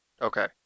okay